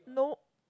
no